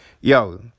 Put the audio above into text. yo